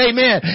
Amen